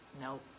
Nope